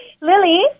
Lily